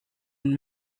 und